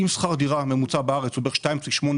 אם שכר הדירה הממוצע בארץ הוא בערך 2.8%,